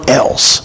else